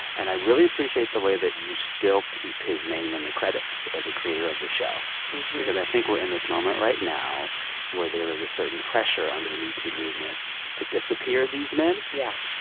and i really appreciate the way that you still keep his name in the credits as a creator of the show because i think we're in this moment right now where there is a certain pressure under the metoo movement to disappear these men. yeah.